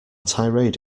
tirade